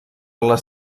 les